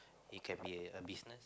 it can be a business